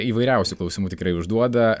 įvairiausių klausimų tikrai užduoda